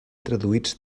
traduïts